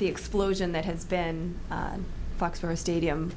the explosion that has been on fox for a stadium